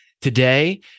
today